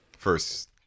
First